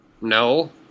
no